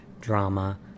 drama